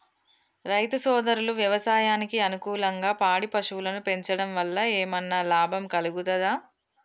రైతు సోదరులు వ్యవసాయానికి అనుకూలంగా పాడి పశువులను పెంచడం వల్ల ఏమన్నా లాభం కలుగుతదా?